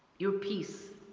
your peace